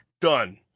done